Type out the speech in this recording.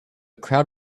crowd